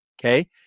Okay